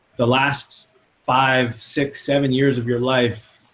the last five, six, seven years of your life,